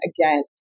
again